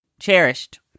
cherished